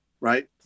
Right